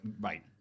Right